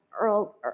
Earl